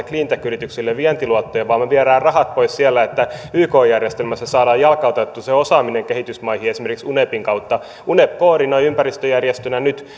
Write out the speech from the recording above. clean tech yrityksille vientiluottoja vaan me viemme rahat pois siellä että yk järjestelmässä saadaan jalkautettua se osaaminen kehitysmaihin esimerkiksi unepin kautta unep koordinoi ympäristöjärjestönä nyt